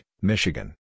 Michigan